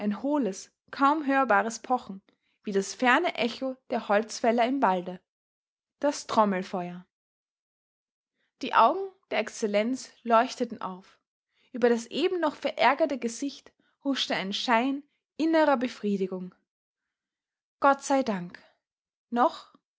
kaum hörbares pochen wie das ferne echo der holzfäller im wald das trommelfeuer die augen der excellenz leuchteten auf über das eben noch verärgerte gesicht huschte ein schein innerer befriedigung gott sei dank noch